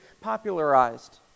popularized